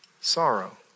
sorrow